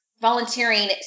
volunteering